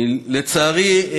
לצערי,